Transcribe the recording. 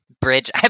Bridge